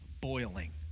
boiling